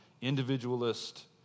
individualist